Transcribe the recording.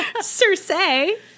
Circe